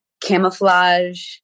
camouflage